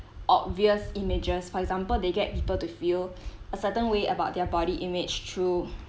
obvious images for example they get people to feel a certain way about their body image through